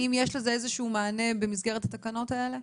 אם יש לזה איזה שהוא מענה במסגרת התקנות האלה?